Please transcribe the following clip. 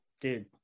Dude